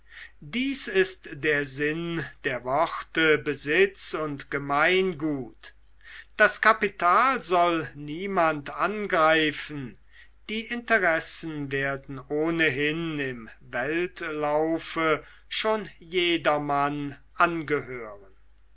dies ist der sinn der worte besitz und gemeingut das kapital soll niemand angreifen die interessen werden ohnehin im weltlaufe schon jedermann angehören